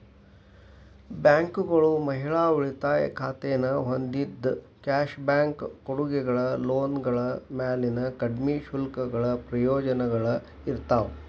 ಬ್ಯಾಂಕ್ಗಳು ಮಹಿಳಾ ಉಳಿತಾಯ ಖಾತೆನ ಹೊಂದಿದ್ದ ಕ್ಯಾಶ್ ಬ್ಯಾಕ್ ಕೊಡುಗೆಗಳ ಲೋನ್ಗಳ ಮ್ಯಾಲಿನ ಕಡ್ಮಿ ಶುಲ್ಕಗಳ ಪ್ರಯೋಜನಗಳ ಇರ್ತಾವ